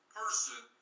person